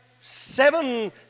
seven